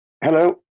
hello